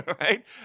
right